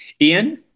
Ian